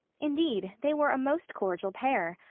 indeed, they were a most cordial pair.